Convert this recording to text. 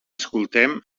escoltem